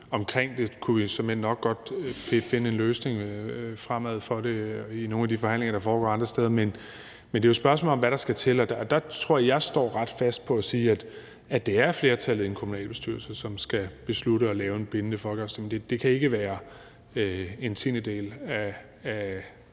fremadrettet kunne finde en løsning på det praktiske omkring det i nogle af de forhandlinger, der foregår andre steder, men det er jo et spørgsmål om, hvad der skal til, og der tror jeg, at jeg står ret fast på at sige, at det er flertallet i en kommunalbestyrelse, som skal beslutte at lave en bindende folkeafstemning. Det kan ikke være en tiendedel af